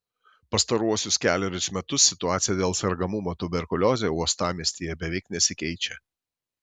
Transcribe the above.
pastaruosius kelerius metus situacija dėl sergamumo tuberkulioze uostamiestyje beveik nesikeičia